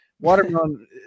Watermelon